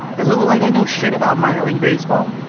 does it look like i know shit about minor league baseball?